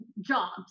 jobs